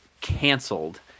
canceled